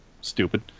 Stupid